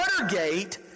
Watergate